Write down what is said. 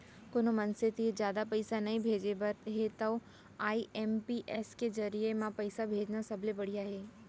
कोनो मनसे तीर जादा पइसा नइ भेजे बर हे तव आई.एम.पी.एस के जरिये म पइसा भेजना सबले बड़िहा हे